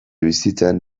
bizitzan